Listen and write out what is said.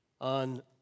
on